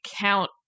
count